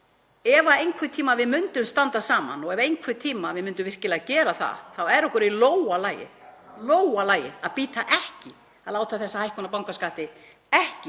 Ef einhvern tíma við myndum standa saman, ef einhvern tíma við myndum virkilega gera það, þá er okkur í lófa lagið að láta þessa hækkun á bankaskatti ekki